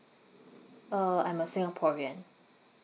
uh I'm a singaporean